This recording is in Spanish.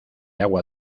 agua